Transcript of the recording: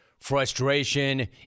Frustration